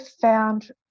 found